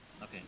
Okay